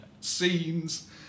Scenes